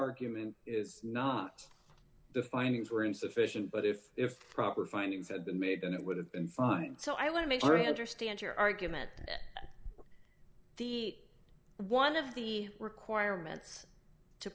argument is not the findings were insufficient but if if proper findings said made and it would have been fine so i want to make sure i understand your argument that the one of the requirements to